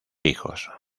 hijos